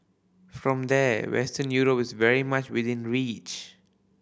from there Western Europe is very much within reach